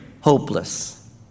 hopeless